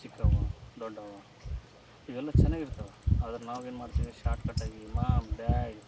ಚಿಕ್ಕವ್ವ ದೊಡ್ಡವ್ವ ಇವೆಲ್ಲ ಚೆನ್ನಾಗ್ ಇರ್ತವೆ ಆದ್ರೆ ನಾವೇನು ಮಾಡ್ತೀವಿ ಶಾರ್ಟ್ಕಟಾಗಿ ಮಾಮ್ ಡ್ಯಾಡ್